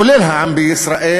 כולל העם בישראל,